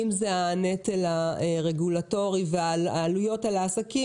אם זה הנטל הרגולטורי והעלויות על העסקים